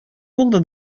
булды